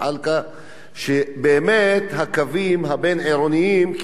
שבאמת הקווים הבין-עירוניים כמעט שלא עוצרים.